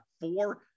four